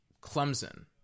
Clemson